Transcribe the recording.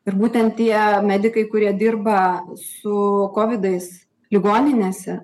ir būtent tie medikai kurie dirba su kovidais ligoninėse